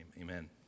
Amen